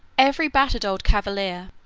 every battered old cavalier,